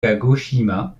kagoshima